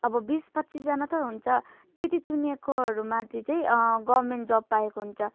अब बिस पच्चिसजना त हुन्छ त्यति चुनिएकोहरू माथि चाहिँ गभर्मेन्ट जब पाएको हुन्छ